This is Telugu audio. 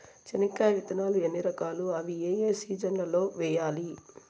చెనక్కాయ విత్తనాలు ఎన్ని రకాలు? అవి ఏ ఏ సీజన్లలో వేయాలి?